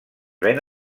ven